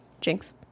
Jinx